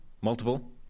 multiple